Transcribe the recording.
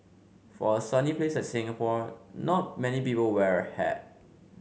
for a sunny place like Singapore not many people wear a hat